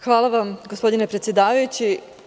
Hvala vam gospodine predsedavajući.